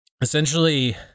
Essentially